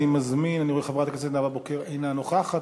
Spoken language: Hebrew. אני רואה שחברת הכנסת נאוה בוקר אינה נוכחת.